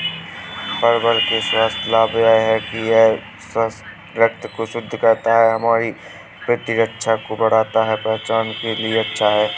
परवल के स्वास्थ्य लाभ यह हैं कि यह रक्त को शुद्ध करता है, हमारी प्रतिरक्षा को बढ़ाता है, पाचन के लिए अच्छा है